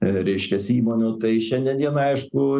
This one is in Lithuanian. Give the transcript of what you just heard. reiškiasi įmonių tai šiandien dienai aišku